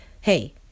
hey